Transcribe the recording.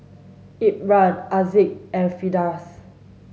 Imran Aziz and Firdaus